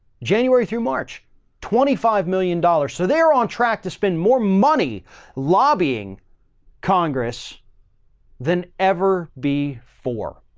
january through march twenty five million dollars. so they are on track to spend more money lobbying congress than ever be for.